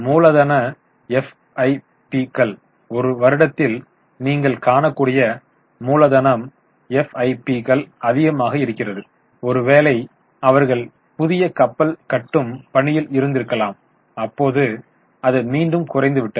மூலதன WIP கள் ஒரு வருடத்தில் நீங்கள் காணக்கூடிய மூலதனம் WIP கள் அதிகமாக இருக்கிறது ஒருவேளை அவர்கள் புதிய கப்பல் கட்டும் பணியில் இருந்திருக்கலாம் அப்போது அது மீண்டும் குறைந்துவிட்டது